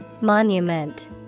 Monument